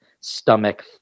stomach